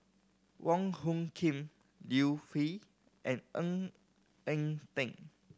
Wong Hung Khim Liu Peihe and Ng Eng Teng